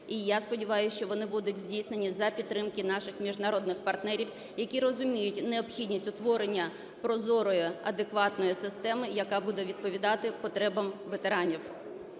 і я сподіваюсь, що вони будуть здійснені за підтримки наших міжнародних партнерів, які розуміють необхідність утворення прозорої, адекватної системи, яка буде відповідати потребам ветеранів.